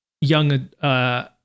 young